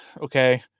okay